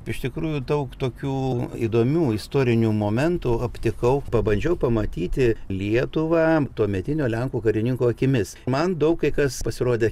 iš tikrųjų daug tokių įdomių istorinių momentų aptikau pabandžiau pamatyti lietuvą tuometinio lenkų karininko akimis man daug kai kas pasirodė